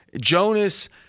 Jonas